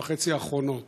שנה וחצי האחרונה,